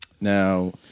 Now